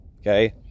Okay